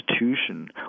institution